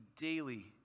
daily